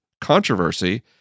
controversy